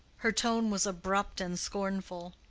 her tone was abrupt and scornful.